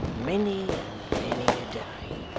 many and many a day